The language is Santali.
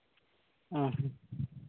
ᱚᱸᱻ